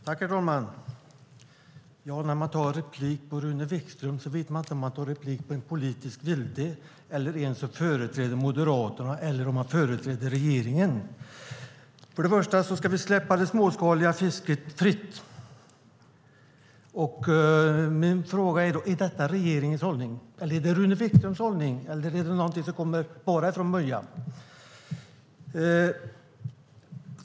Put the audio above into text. Herr talman! När man begär replik på Rune Wikström vet man inte om man begär replik på en politisk vilde, på en som företräder Moderaterna eller på en som företräder regeringen. Vi ska släppa det småskaliga fisket fritt, säger han. Är detta regeringens hållning, är det Rune Wikströms hållning eller är det något som kommer bara från Möja?